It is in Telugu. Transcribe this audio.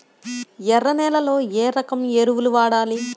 ఎర్ర నేలలో ఏ రకం ఎరువులు వాడాలి?